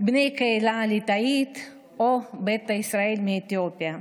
בני הקהילה הליטאית או ביתא ישראל מאתיופיה.